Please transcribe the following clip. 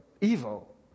evil